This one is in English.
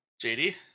JD